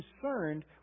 concerned